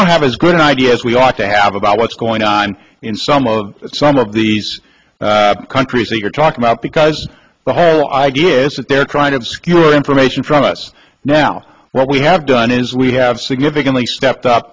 don't have as good an idea as we ought to have about what's going on in some of some of these countries that you're talking about because the whole idea is that they're trying to obscure information from us now what we have done is we have significantly stepped up